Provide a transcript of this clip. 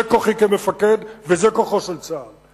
זה כוחי כמפקד וזה כוחו של צה"ל.